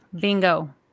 bingo